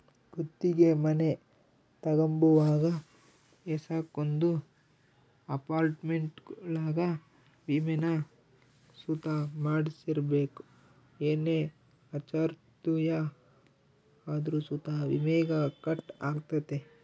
ಗುತ್ತಿಗೆ ಮನೆ ತಗಂಬುವಾಗ ಏಸಕೊಂದು ಅಪಾರ್ಟ್ಮೆಂಟ್ಗುಳಾಗ ವಿಮೇನ ಸುತ ಮಾಡ್ಸಿರ್ಬಕು ಏನೇ ಅಚಾತುರ್ಯ ಆದ್ರೂ ಸುತ ವಿಮೇಗ ಕಟ್ ಆಗ್ತತೆ